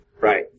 Right